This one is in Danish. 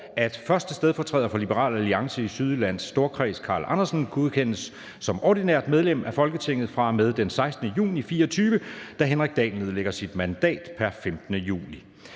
at 1. stedfortræder for Liberal Alliance i Sydjyllands Storkreds, Carl Andersen, godkendes som ordinært medlem af Folketinget fra og med den 16. juli 2024, da Henrik Dahl nedlægger sit mandat pr. 15. juli